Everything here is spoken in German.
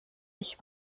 ich